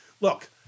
look